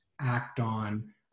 Acton